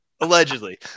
allegedly